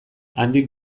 handik